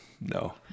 No